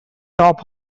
top